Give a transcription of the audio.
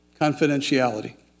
confidentiality